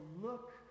look